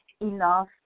enough